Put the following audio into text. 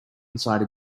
inside